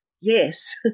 yes